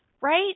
right